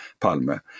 Palme